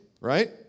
right